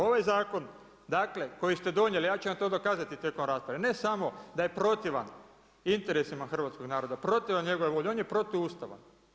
Ovaj zakon, koji ste donijeli, ja ću vam to dokazati tijekom rasprave, ne samo da je protivan interesima hrvatskim naroda, protivan njegove volje, on je protu Ustava.